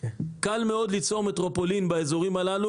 קל מאוד ליצור מטרופולין באזורים הללו,